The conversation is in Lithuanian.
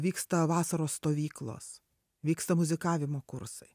vyksta vasaros stovyklos vyksta muzikavimo kursai